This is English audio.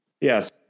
yes